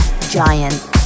Giant